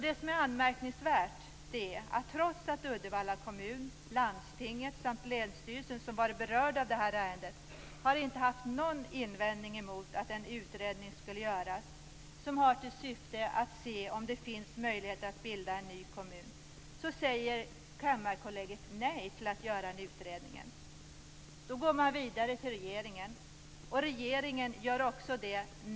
Det som är anmärkningsvärt är att Uddevalla kommun, landstinget samt länsstyrelsen, som varit berörda av det här ärendet, inte har haft någon invändning mot att en utredning skulle göras med syfte att se om det finns möjligheter att bilda en ny kommun. Trots detta säger Kammarkollegiet nej till denna utredning. Då går man vidare till regeringen, och regering säger också nej.